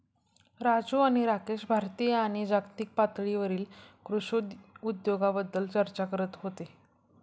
राजू आणि राकेश भारतीय आणि जागतिक पातळीवरील कृषी उद्योगाबद्दल चर्चा करत होते